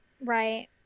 Right